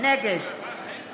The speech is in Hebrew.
נגד